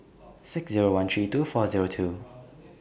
six Zero one three two four Zero two